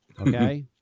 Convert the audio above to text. Okay